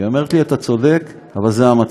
היא אומרת לי: אתה צודק, אבל זה המצב.